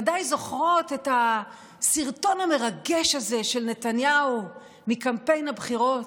ודאי זוכרות את הסרטון המרגש הזה של נתניהו מקמפיין הבחירות,